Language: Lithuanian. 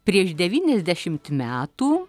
prieš devyniasdešimt metų